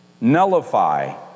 nullify